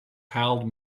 held